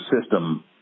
system